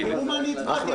תראו מה אני הצבעתי.